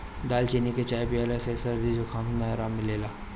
दालचीनी के चाय पियला से सरदी जुखाम में आराम मिलेला